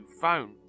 phone